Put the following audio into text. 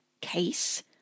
case